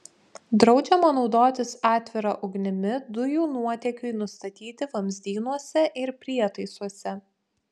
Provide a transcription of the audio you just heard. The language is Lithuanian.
draudžiama naudotis atvira ugnimi dujų nuotėkiui nustatyti vamzdynuose ir prietaisuose